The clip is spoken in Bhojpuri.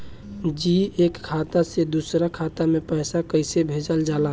जी एक खाता से दूसर खाता में पैसा कइसे भेजल जाला?